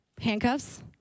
handcuffs